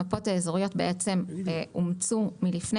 המפות האזוריות אומצו מהעבר,